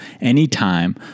anytime